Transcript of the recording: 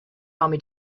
army